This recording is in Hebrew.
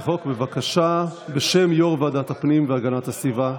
החוק בשם יו"ר ועדת הפנים והגנת הסביבה.